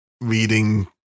reading